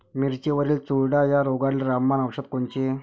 मिरचीवरील चुरडा या रोगाले रामबाण औषध कोनचे?